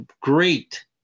great